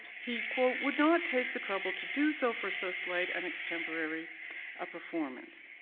he would not take the trouble to do so for so slight and extemporary a performance.